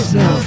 no